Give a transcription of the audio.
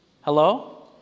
Hello